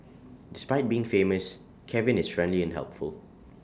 despite being famous Kevin is friendly and helpful